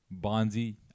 Bonzi